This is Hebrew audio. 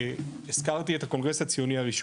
הזכרתי את הקונגרס הציוני הראשון,